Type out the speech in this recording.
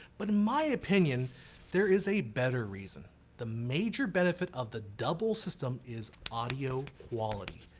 but in my opinion there is a better reason the major benefit of the double system is audio quality.